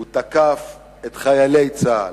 הוא תקף את חיילי צה"ל,